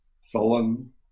sullen